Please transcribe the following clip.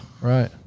right